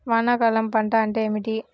వానాకాలం పంట అంటే ఏమిటి?